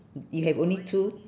you have only two